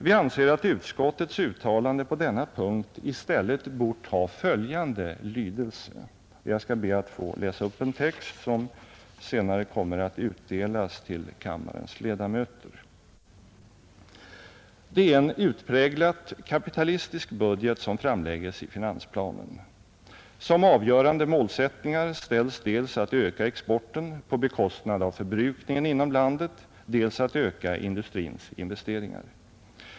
Vi anser att utskottets uttalande på denna punkt i stället bort ha följande lydelse — texten kommer senare att utdelas till kammarens ledamöter: ”Det är en utpräglat kapitalistisk budget som framlägges i finansplanen. Som avgörande målsättningar ställs dels att öka exporten på bekostnad av förbrukningen inom landet, dels att öka industrins investeringar.